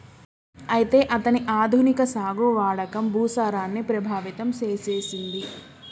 అయితే అతని ఆధునిక సాగు వాడకం భూసారాన్ని ప్రభావితం సేసెసింది